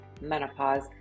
menopause